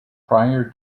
prior